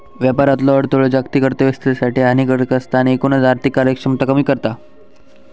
व्यापारातलो अडथळो जागतिक अर्थोव्यवस्थेसाठी हानिकारक असता आणि एकूणच आर्थिक कार्यक्षमता कमी करता